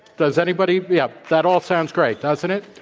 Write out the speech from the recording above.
does anybody yeah. that all sounds great, doesn't it?